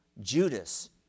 Judas